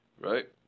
right